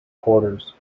quarters